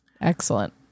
Excellent